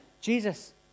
Jesus